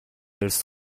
ارث